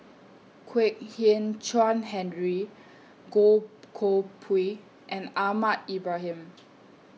Kwek Hian Chuan Henry Goh Koh Pui and Ahmad Ibrahim